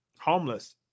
homeless